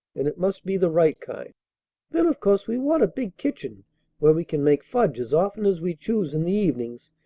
and it must be the right kind. then of course we want a big kitchen where we can make fudge as often as we choose in the evenings,